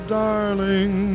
darling